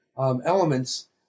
elements